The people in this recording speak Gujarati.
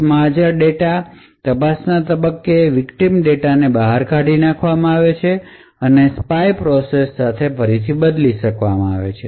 કેશમાં હાજર ડેટા તપાસના તબક્કે વિકટીમ ડેટાને બહાર કાઢી નાખવામાં આવે છે અને સ્પાય પ્રોસેસ સાથે ફરીથી બદલી શકાય છે